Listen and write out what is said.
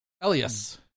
Elias